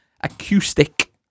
acoustic